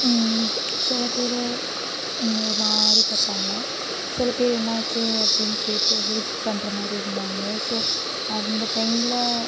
சில பேர் என்னை ஒரு மாதிரி பார்த்தாங்க சில பேர் என்னாச்சு அப்படின்னு கேட்டு ஹெல்ப் பண்ணுற மாதிரி இருந்தாங்க ஸோ அந்த டைமில்